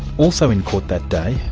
also in court that day,